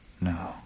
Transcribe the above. No